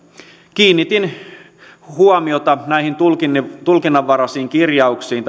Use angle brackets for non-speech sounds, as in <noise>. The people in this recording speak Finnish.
kiinnitin tässä esityksessä huomiota näihin tulkinnanvaraisiin kirjauksiin <unintelligible>